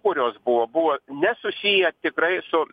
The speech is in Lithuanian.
kurios buvo buvo nesusiję tikrai su